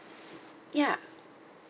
ya